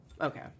Okay